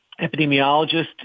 epidemiologist